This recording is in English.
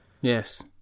yes